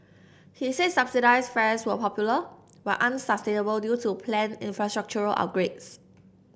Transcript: he said subsidised fares were popular but unsustainable due to planned infrastructural upgrades